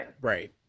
Right